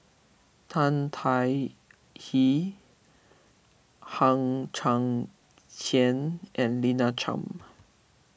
Tan Tai Hye Hang Chang Chieh and Lina Chiam